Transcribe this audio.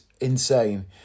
insane